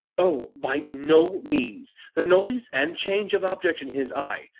o, by no means the noise, and change of object in his eye,